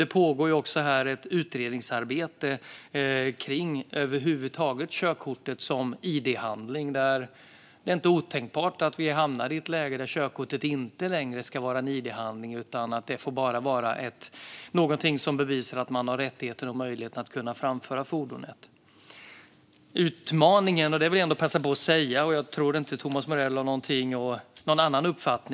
Det pågår också ett utredningsarbete kring körkortet som id-handling, och det är inte otänkbart att vi hamnar i ett läge där körkortet inte längre ska vara en id-handling utan bara någonting som bevisar att man har rättigheten och möjligheten att framföra fordonet. Körkortets utformning med identitet, bioinformation och liknande är också internationellt reglerat.